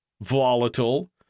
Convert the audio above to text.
volatile